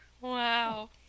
Wow